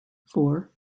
four